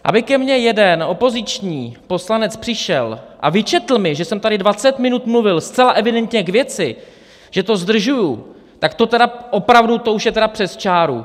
Aby ke mně jeden opoziční poslanec přišel a vyčetl mi, že jsem tady dvacet minut mluvil zcela evidentně k věci, že to zdržuji, tak to tedy opravdu, to už je přes čáru.